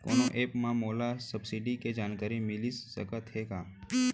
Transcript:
कोनो एप मा मोला सब्सिडी के जानकारी मिलिस सकत हे का?